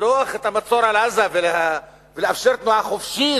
לפתוח את המצור על עזה ולאפשר תנועה חופשית